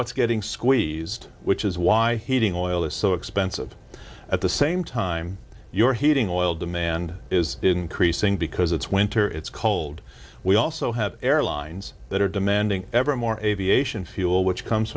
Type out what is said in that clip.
what's getting squeezed which is why heating oil is so expensive at the same time your heating oil demand is increasing because it's winter it's cold we also have airlines that are demanding ever more aviation fuel which comes